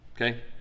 okay